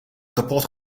kapot